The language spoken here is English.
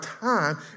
time